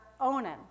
Onan